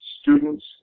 students